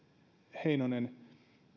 heinonen